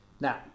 Now